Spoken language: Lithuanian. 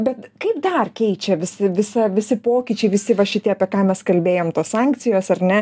bet kai dar keičia visi visa visi pokyčiai visi va šitie apie ką mes kalbėjom tos sankcijos ar ne